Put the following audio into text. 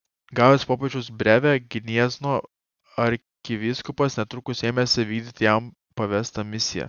gavęs popiežiaus brevę gniezno arkivyskupas netrukus ėmėsi vykdyti jam pavestą misiją